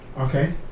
okay